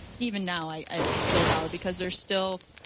even now i ah still doubt because there's still,